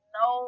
no